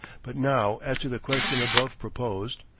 but now as to the question above proposed.